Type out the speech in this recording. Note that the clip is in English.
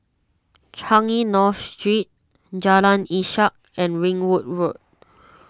Changi North Street Jalan Ishak and Ringwood Road